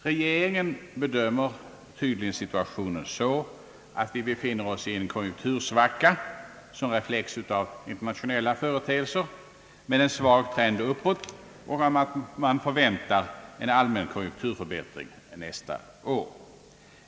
Regeringen bedömer tydligen situationen så att vi befinner oss i en konjunktursvacka som reflex av internationella företeelser med en svag trend uppåt och att man förväntar en allmän konjunkturförbättring nästa år.